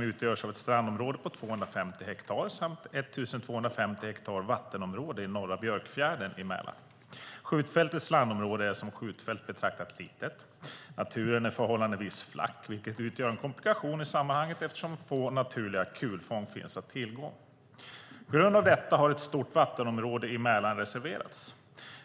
Det utgörs av ett strandområde på 250 hektar samt 1 250 hektar vattenområde i norra Björkfjärden i Mälaren. Skjutfältets landområde är som skjutfält betraktat litet. Naturen är förhållandevis flack, vilket utgör en komplikation i sammanhanget eftersom få naturliga kulfång finns att tillgå.